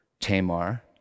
Tamar